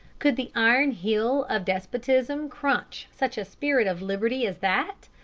could the iron heel of despotism crunch such a spirit of liberty as that?